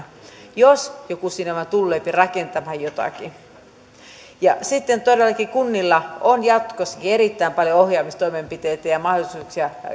jos joku sinne vain tuleepi rakentamaan jotakin sitten todellakin kunnilla on jatkossakin erittäin paljon ohjaamistoimenpiteitä ja mahdollisuuksia